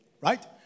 Right